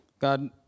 God